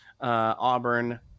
Auburn